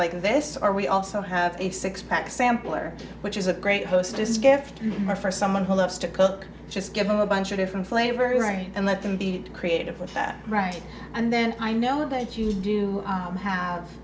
like this our we also have a six pack sampler which is a great hostess gift for someone who loves to cook just give them a bunch of different flavors right and let them be creative with that right and then i know that you do have